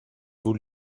vous